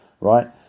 right